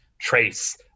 trace